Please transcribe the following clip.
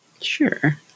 Sure